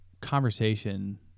conversation